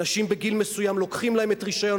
אנשים בגיל מסוים לוקחים להם את רשיון